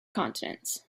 continents